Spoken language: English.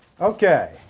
Okay